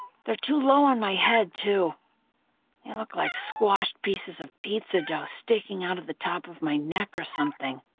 they're too low on my head, too. they look like squashed pieces of pizza dough sticking out of the top of my neck or something.